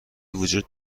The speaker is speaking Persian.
وجود